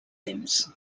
temps